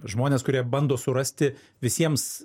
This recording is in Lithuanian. žmonės kurie bando surasti visiems